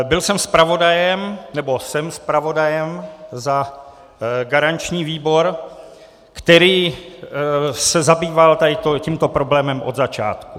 Byl jsem zpravodajem, nebo jsem zpravodajem za garanční výbor, který se zabýval tady tímto problémem od začátku.